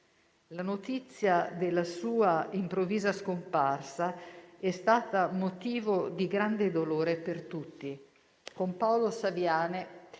La notizia della sua improvvisa scomparsa è stata motivo di grande dolore per tutti. Con Paolo Saviane